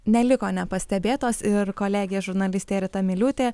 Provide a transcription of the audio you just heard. neliko nepastebėtos ir kolegė žurnalistė rita miliūtė